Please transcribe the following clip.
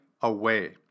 away